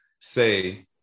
say